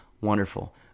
wonderful